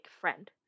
friend